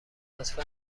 لطفا